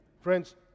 Friends